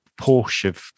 Porsche